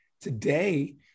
Today